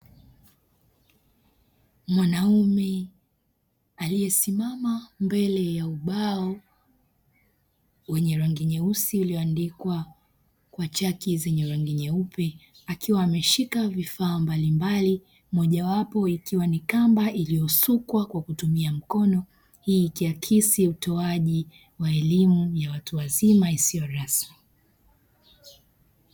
Mwanaume aliyesimama mbele ya ubao wenye rangi nyeusi ulioandikwa kwa chaki zenye nyeupe akiwa ameshika vifaa mbalimbali mojawapo ikiwa ni kamba iliyosukwa kwa kutumia mkono, hii ikiakisi utoaji wa elimu ya watu wazima isiyo rasmi.